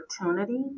opportunity